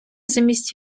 замість